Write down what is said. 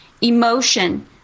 Emotion